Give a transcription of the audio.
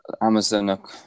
Amazon